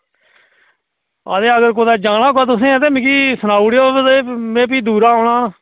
अते अगर कुदै जाना होगा तुसें ते मिगी सनाई ओड़ेओ ते में फ्ही दूरा औना